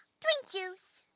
drink juice.